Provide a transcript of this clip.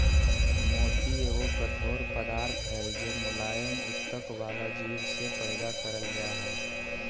मोती एगो कठोर पदार्थ हय जे मुलायम उत्तक वला जीव से पैदा करल जा हय